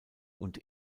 und